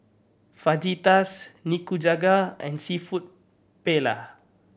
Fajitas Nikujaga and Seafood Paella